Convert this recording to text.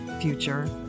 future